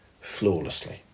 flawlessly